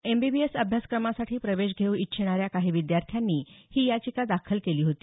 MBBS अभ्यासाक्रमासाठी प्रवेश घेऊ इच्छिणाऱ्या काही विद्यार्थ्यांनी ही याचिका दाखल केली होती